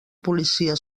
policia